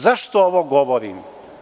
Zašto ovo govorim?